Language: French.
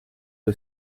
que